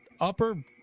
Upper